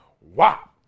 wow